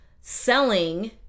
selling